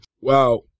Wow